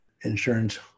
insurance